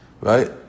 right